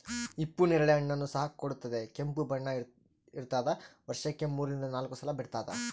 ಹಿಪ್ಪು ನೇರಳೆ ಹಣ್ಣನ್ನು ಸಹ ಕೊಡುತ್ತದೆ ಕೆಂಪು ಕಪ್ಪು ಬಣ್ಣ ಇರ್ತಾದ ವರ್ಷಕ್ಕೆ ಮೂರರಿಂದ ನಾಲ್ಕು ಸಲ ಬಿಡ್ತಾದ